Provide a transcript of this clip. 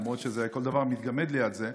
למרות שכל דבר מתגמד ליד זה.